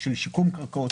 של שיקום קרקעות,